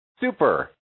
super